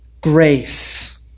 Grace